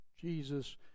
Jesus